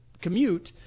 commute